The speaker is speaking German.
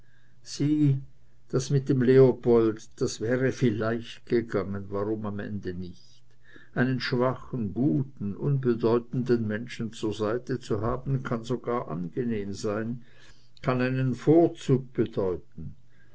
das mit dem leopold das wäre vielleicht gegangen warum am ende nicht einen schwachen guten unbedeutenden menschen zur seite zu haben kann sogar angenehm sein kann einen vorzug bedeuten